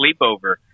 sleepover